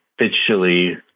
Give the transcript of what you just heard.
officially